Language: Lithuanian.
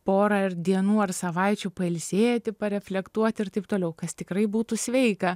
porą dienų ar savaičių pailsėti pareflektuoti ir taip toliau kas tikrai būtų sveika